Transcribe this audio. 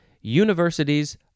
universities